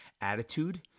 attitude